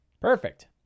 Perfect